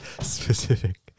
Specific